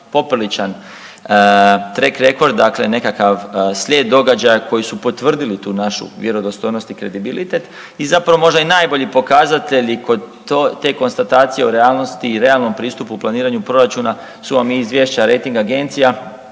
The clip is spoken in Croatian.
popriličan trek rekord, dakle nekakav slijed događaja koji su potvrdili tu našu vjerodostojnost i kredibilitet i zapravo možda najbolji pokazatelji kod te konstatacije o realnosti i realnom pristupu proračuna su vam izvješća rejting agencija,